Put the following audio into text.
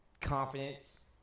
Confidence